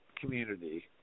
community